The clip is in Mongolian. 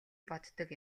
боддог